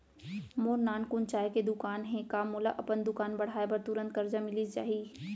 मोर नानकुन चाय के दुकान हे का मोला अपन दुकान बढ़ाये बर तुरंत करजा मिलिस जाही?